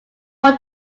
want